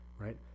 right